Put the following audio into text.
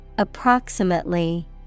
Approximately